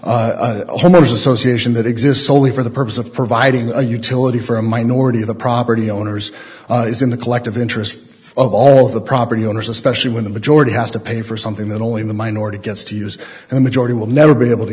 a homeowner's association that exists only for the purpose of providing a utility for a minority of the property owners is in the collective interest of all the property owners especially when the majority has to pay for something that only the minority gets to use and a majority will never be able to